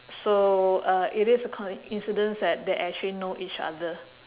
so uh it is a coincidence that they actually know each other